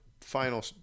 final